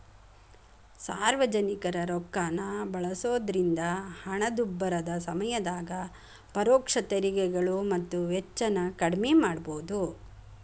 ಸಾರ್ವಜನಿಕರ ರೊಕ್ಕಾನ ಬಳಸೋದ್ರಿಂದ ಹಣದುಬ್ಬರದ ಸಮಯದಾಗ ಪರೋಕ್ಷ ತೆರಿಗೆಗಳು ಮತ್ತ ವೆಚ್ಚನ ಕಡ್ಮಿ ಮಾಡಬೋದು